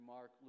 Mark